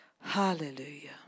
Hallelujah